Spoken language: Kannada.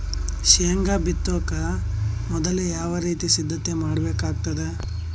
ಶೇಂಗಾ ಬಿತ್ತೊಕ ಮೊದಲು ಯಾವ ರೀತಿ ಸಿದ್ಧತೆ ಮಾಡ್ಬೇಕಾಗತದ?